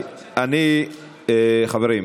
חברים,